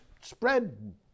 spread